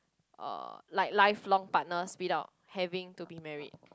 uh like lifelong partners without having to be married